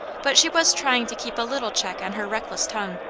but she was trying to keep a little check on her reckless tongue,